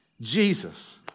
Jesus